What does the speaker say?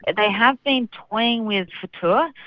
and they have been toying with fotouh.